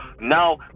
now